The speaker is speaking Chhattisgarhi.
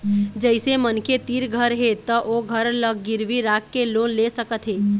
जइसे मनखे तीर घर हे त ओ घर ल गिरवी राखके लोन ले सकत हे